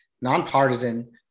nonpartisan